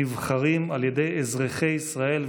נבחרים על ידי אזרחי ישראל,